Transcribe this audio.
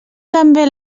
també